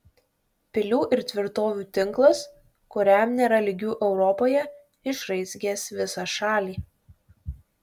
pilių ir tvirtovių tinklas kuriam nėra lygių europoje išraizgęs visą šalį